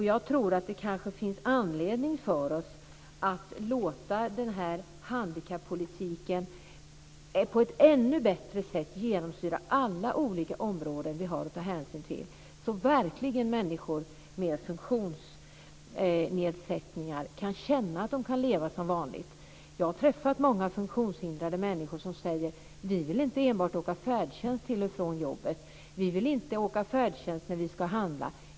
Jag tror att det kan finnas anledning för oss att på ett ännu bättre sätt låta handikappolitiken genomsyra alla olika områden vi har att ta hänsyn till, så att människor med funktionsnedsättningar verkligen kan känna att de kan leva som vanligt. Jag har träffat många funktionshindrade människor som säger: Vi vill inte enbart åka färdtjänst till och från jobbet. Vi vill inte åka färdtjänst när vi ska handla.